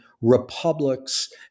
republics